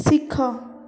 ଶିଖ